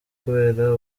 kubera